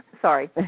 Sorry